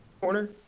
corner